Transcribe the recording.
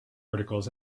articles